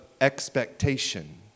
expectation